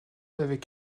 avec